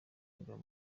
ingabo